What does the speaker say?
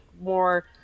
more